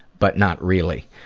but not really.